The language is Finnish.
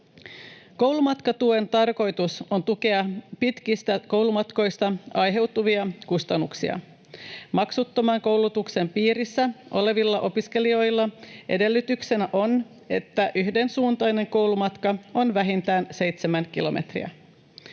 Koulumatkatuen tarkoitus on tukea pitkistä koulumatkoista aiheutuvia kustannuksia. Maksuttoman koulutuksen piirissä olevilla opiskelijoilla edellytyksenä on, että yhdensuuntainen koulumatka on vähintään seitsemän kilometriä.